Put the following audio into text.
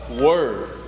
Word